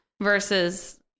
versus